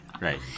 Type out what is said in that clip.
right